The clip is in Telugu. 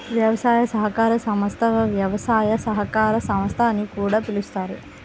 వ్యవసాయ సహకార సంస్థ, వ్యవసాయ సహకార సంస్థ అని కూడా పిలుస్తారు